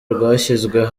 rwashyizwe